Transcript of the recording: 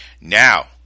Now